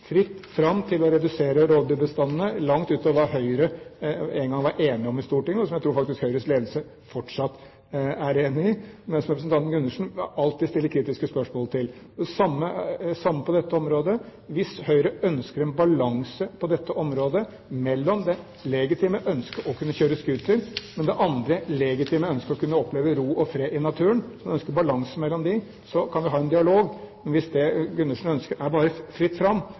fritt fram til å redusere rovdyrbestandene langt utover hva Høyre en gang var enig i i Stortinget, og som jeg faktisk tror Høyres ledelse fortsatt er enig i, men som representanten Gundersen alltid stiller kritiske spørsmål til. Det samme på dette området: Hvis Høyre ønsker en balanse på dette området – mellom det legitime ønsket om å kunne kjøre scooter og det andre legitime ønsket om å kunne oppleve ro og fred i naturen – kan vi ha en dialog. Hvis det Gundersen ønsker, er bare fritt fram,